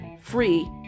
free